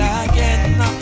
again